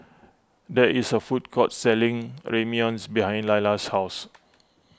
there is a food court selling Ramyeon's behind Lalla's house